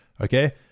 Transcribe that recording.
okay